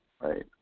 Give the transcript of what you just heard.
right